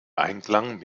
einklang